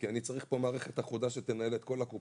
כי אני צריך פה מערכת אחודה שתנהל את כל הקופות,